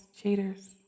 cheaters